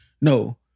No